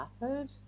method